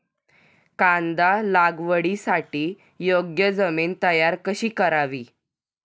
कांदा लागवडीसाठी योग्य जमीन तयार कशी करावी?